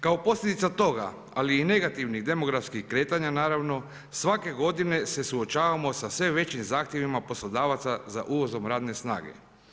Kao posljedica toga ali i negativnih demografskih kretanja naravno, svake godine se suočavamo sa sve većim zahtjevima poslodavaca za uvozom radne snage.